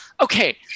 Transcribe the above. okay